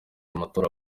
amatora